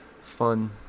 Fun